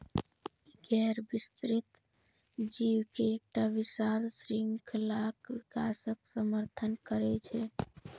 ई गैर विस्तृत जीव के एकटा विशाल शृंखलाक विकासक समर्थन करै छै